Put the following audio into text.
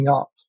up